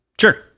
Sure